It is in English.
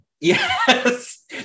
Yes